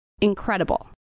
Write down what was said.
incredible